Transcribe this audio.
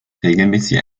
regelmäßig